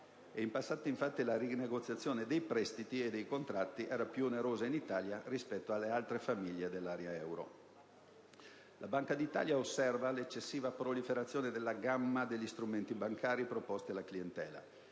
In passato, infatti, la rinegoziazione dei prestiti contratti era più onerosa in Italia rispetto alle famiglie degli altri Paesi dell'area dell'euro. La Banca d'Italia osserva l'eccessiva proliferazione della gamma degli strumenti bancari proposti alla clientela: